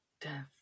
death